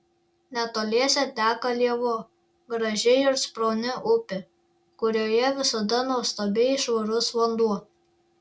netoliese teka lėvuo graži ir srauni upė kurioje visada nuostabiai švarus vanduo